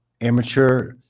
amateur